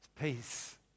peace